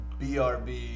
BRB